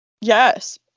Yes